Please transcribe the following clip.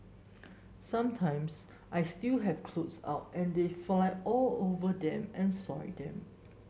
sometimes I still have clothes out and they fly all over them and soil them